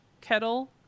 kettle